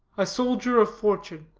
a soldier of fortune.